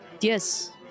Yes